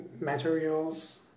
materials